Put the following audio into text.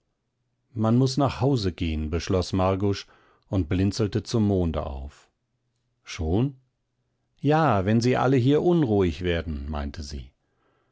man nach hause gehen beschloß margusch und blinzelte zum monde auf schon ja wenn sie alle hier unruhig werden meinte sie